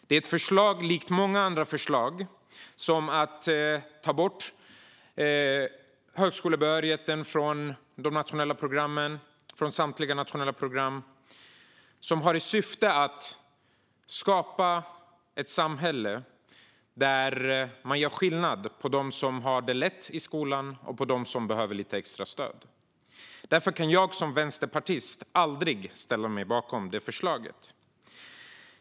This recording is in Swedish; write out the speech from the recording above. Det är ett förslag som likt många andra, till exempel förslaget om att inte samtliga nationella program ska ge högskolebehörighet, har till syfte att skapa ett samhälle där man gör skillnad mellan dem som har det lätt i skolan och dem som behöver lite extra stöd. Därför kan jag som vänsterpartist aldrig ställa mig bakom detta förslag.